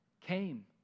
came